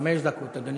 חמש דקות, אדוני.